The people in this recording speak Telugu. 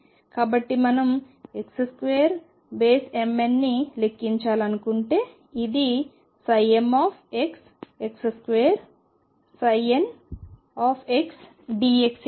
కాబట్టి మనం xmn2 ని లెక్కించాలనుకుంటే ఇది mxx2ndx